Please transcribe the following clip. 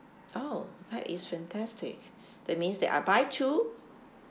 oh that is fantastic that means that I buy two